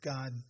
God